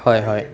হয় হয়